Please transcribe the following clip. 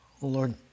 Lord